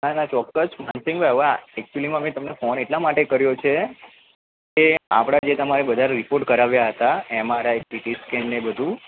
ના ના ચોક્કસ માનસિંગભાઈ હવે આ એક્ચુઅલિમાં મેં તમને ફોન એટલા માટે કર્યો છે કે આપણાં જે તમારે બધા રિપોર્ટ કરાવ્યા હતા એમ આર આઈ સીટીસ્કેન ને એ બધું